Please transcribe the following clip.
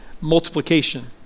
multiplication